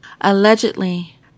Allegedly